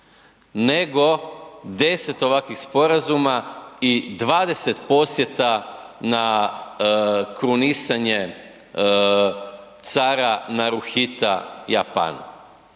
nego 10 ovakvih sporazuma i 20 posjeta na krunisanje cara Naruhita Japanu.